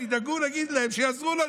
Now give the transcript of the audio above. תדאגו להגיד להם שיעזרו לנו.